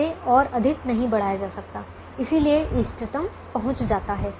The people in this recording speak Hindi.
इसे और अधिक नहीं बढ़ाया जा सकता है इसलिए इष्टतम पहुँच जाता है